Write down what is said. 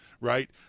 Right